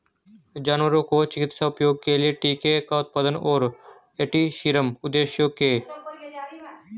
जानवरों को चिकित्सा उपयोग के लिए टीके का उत्पादन और एंटीसीरम उद्देश्यों के लिए रखा जाता है